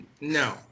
No